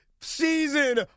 Season